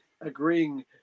agreeing